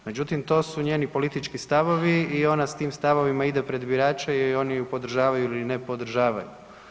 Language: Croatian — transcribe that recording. Međutim, to su njeni politički stavovi i ona s tim stavovima ide pred birače i oni ju podržavaju ili ne podržavaju.